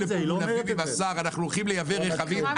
לכאן עם השר ואומרים אנחנו הולכים לייבא רכבים.